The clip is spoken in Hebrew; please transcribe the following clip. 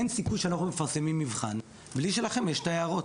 אין סיכוי שאנחנו מפרסמים מבחן בלי שלכם יש את ההערכות.